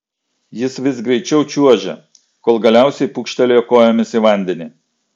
jis vis greičiau čiuožė kol galiausiai pūkštelėjo kojomis į vandenį